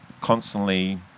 constantly